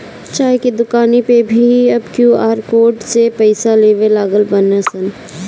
चाय के दुकानी पअ भी अब क्यू.आर कोड से पईसा लेवे लागल बानअ सन